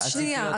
אז שנייה,